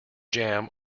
jam